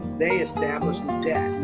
they established the debt.